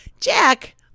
Jack